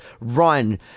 run